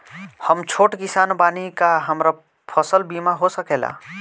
हम छोट किसान बानी का हमरा फसल बीमा हो सकेला?